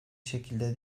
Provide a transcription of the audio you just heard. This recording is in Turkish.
şekilde